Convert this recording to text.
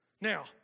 now